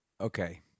Okay